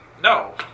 No